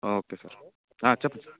okay sir hello చెప్పండి sir